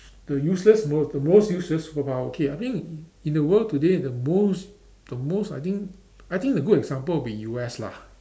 the useless most the most useless superpower okay I think in the world today the most the most I think I think the good example would be U_S lah